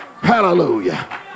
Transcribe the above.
Hallelujah